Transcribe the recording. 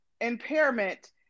impairment